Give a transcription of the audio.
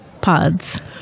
pods